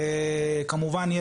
כמובן,